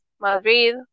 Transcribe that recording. Madrid